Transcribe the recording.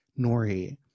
Nori